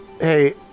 Hey